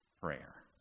prayer